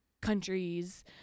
countries